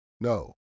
No